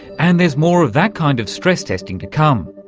and there's more of that kind of stress testing to come.